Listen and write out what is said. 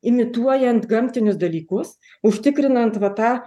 imituojant gamtinius dalykus užtikrinant va tą